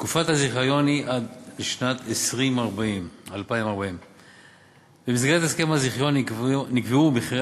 תקופת הזיכיון היא עד שנת 2040. במסגרת הסכם הזיכיון נקבעו מחירי